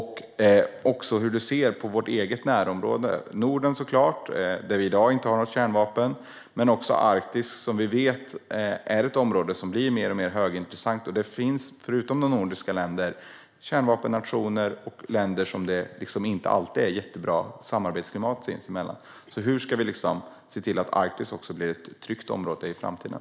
Hur ser hon på vårt eget närområde - Norden såklart, där vi i dag inte har några kärnvapen, men också Arktis, som vi vet är ett område som blir mer och mer högintressant och där det förutom de nordiska länderna finns kärnvapennationer och länder som inte alltid har ett jättebra samarbetsklimat sinsemellan? Hur ska vi se till att även Arktis blir ett tryggt område i framtiden?